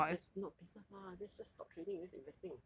that's not business lah that's just stock trading that's investing